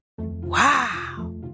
Wow